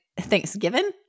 Thanksgiving